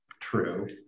true